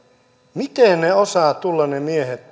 miten ne miehet